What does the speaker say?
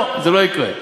לא, זה לא יקרה.